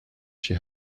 she